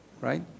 right